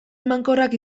emankorrak